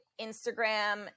Instagram